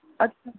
अछा